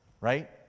Right